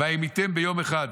"וימיתם ביום אחד